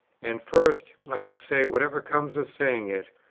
and first, i will say, whatever comes of saying it,